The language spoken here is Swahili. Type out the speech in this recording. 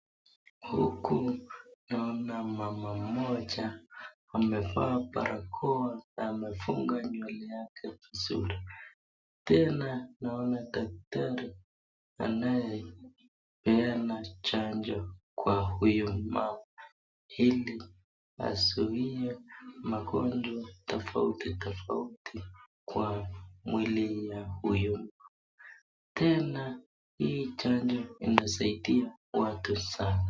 Huku naona mama moja amafaa barakoa na amefungua nywele yake vizuri tena naona daktari anaye peana chanjo kwa huyu mama hili azuie ugonjwa tafauti tafauti kw mwili ya huyu tena hi chanjo inasaidia watu sana.